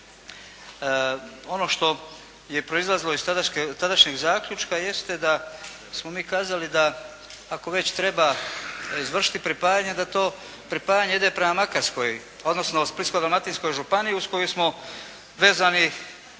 Ono što je proizlazilo iz tadašnjeg zaključka jeste da smo mi kazali da ako već treba izvršiti pripajanje da to pripajanje ide prema Makarskoj, odnosno Splitko-dalmatinskoj županiji uz koju smo vezani